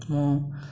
ମୁଁ